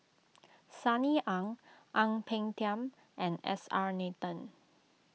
Sunny Ang Ang Peng Tiam and S R Nathan